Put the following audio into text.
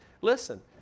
listen